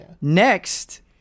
Next